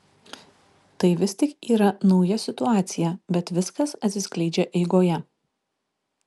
tai vis tik yra nauja situacija bet viskas atsiskleidžia eigoje